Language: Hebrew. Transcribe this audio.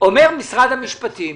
אומר משרד המשפטים,